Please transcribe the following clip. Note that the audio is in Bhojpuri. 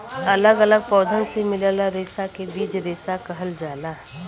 अलग अलग पौधन से मिलल रेसा के बीज रेसा कहल जाला